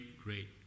great